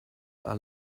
are